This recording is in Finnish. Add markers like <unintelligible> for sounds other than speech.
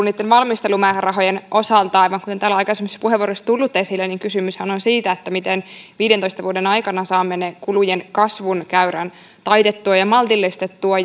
<unintelligible> niitten valmistelumäärärahojen osalta aivan kuten täällä aikaisemmissa puheenvuoroissa on tullut esille niin kysymyshän on siitä miten viidentoista vuoden aikana saamme kulujen kasvukäyrän taitettua ja maltillistettua <unintelligible>